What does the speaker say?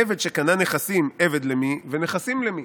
עבד שקנה נכסים עבד למי ונכסים למי"